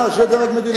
הממשלה זה דרג מדיני.